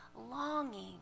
longing